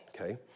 okay